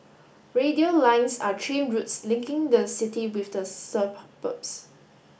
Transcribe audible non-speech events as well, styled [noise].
radial lines are train routes linking the city with the [unintelligible]